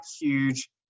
huge